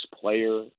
player